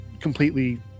completely